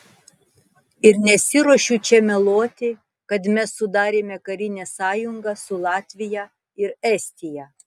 ir nesiruošiu čia meluoti kad mes sudarėme karinę sąjungą su latvija ir estija